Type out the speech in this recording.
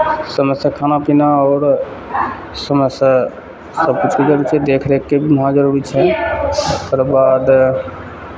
समयसँ खाना पीना आओर समयसँ सभ किछुके जरूरी छै देखरेखके भी वहाँ जरूरी छै ओकर बाद